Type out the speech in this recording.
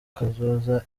kazoza